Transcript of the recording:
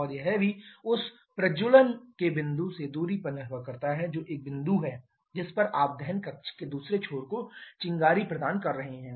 और यह भी यह उस प्रज्वलन के बिंदु से दूरी पर निर्भर करता है जो एक बिंदु है जिस पर आप दहन कक्ष के दूसरे छोर को चिंगारी प्रदान कर रहे हैं